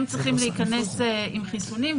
הם צריכים להיכנס עם חיסונים.